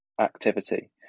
activity